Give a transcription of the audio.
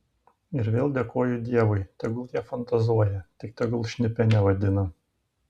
ir vėl dėkoju dievui tegul jie fantazuoja tik tegul šnipe nevadina